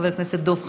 חבר הכנסת דב חנין,